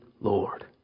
Lord